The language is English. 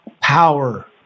power